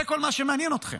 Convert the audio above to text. זה כל מה שמעניין אתכם.